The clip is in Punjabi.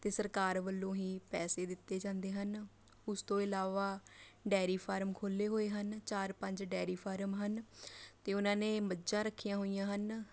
ਅਤੇ ਸਰਕਾਰ ਵੱਲੋਂ ਹੀ ਪੈਸੇ ਦਿੱਤੇ ਜਾਂਦੇ ਹਨ ਉਸ ਤੋਂ ਇਲਾਵਾ ਡੇਅਰੀ ਫਾਰਮ ਖੋਲ੍ਹੇ ਹੋਏ ਹਨ ਚਾਰ ਪੰਜ ਡੇਅਰੀ ਫਾਰਮ ਹਨ ਅਤੇ ਉਹਨਾਂ ਨੇ ਮੱਝਾਂ ਰੱਖੀਆ ਹੋਈਆਂ ਹਨ